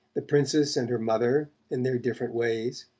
the princess and her mother, in their different ways,